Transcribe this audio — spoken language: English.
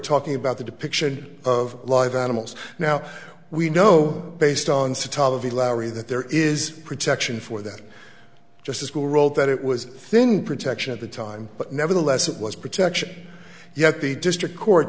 talking about the depiction of live animals now we know based on photography larry that there is protection for that just as good a role that it was then protection at the time but nevertheless it was protection yet the district court